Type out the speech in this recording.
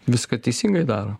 viską teisingai daro